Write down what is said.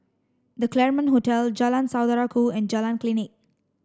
The Claremont Hotel Jalan Saudara Ku and Jalan Klinik